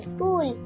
School